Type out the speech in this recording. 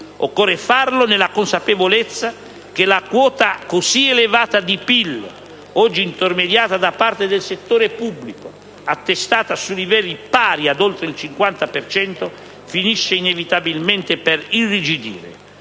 Occorre farlo nella consapevolezza che la quota così elevata di PIL oggi intermediata da parte del settore pubblico, attestata su livelli pari ad oltre il 50 per cento, finisce inevitabilmente per irrigidire,